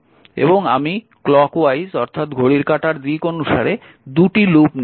এবং আমি ঘড়ির কাঁটার দিক অনুসারে 2টি লুপ নিয়েছি